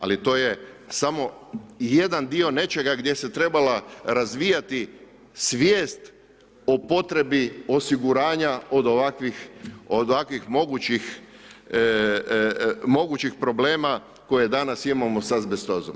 Ali to je samo jedan dio nečega gdje se trebala razvijati svijest o potrebi osiguranja od ovakvih mogućih problema koje danas imamo sa asbestozom.